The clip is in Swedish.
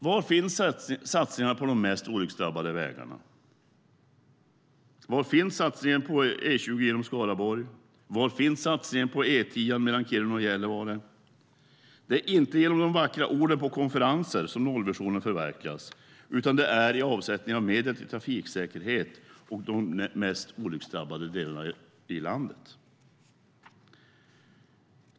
Var finns satsningarna på de mest olycksdrabbade vägarna? Var finns satsningen på E20 genom Skaraborg? Var finns satsningen på E10 mellan Kiruna och Gällivare? Det är inte genom de vackra orden på konferenser som nollvisionen förverkligas, utan det är i avsättning av medel till trafiksäkerhet och de mest olyckdrabbade vägarna i landet.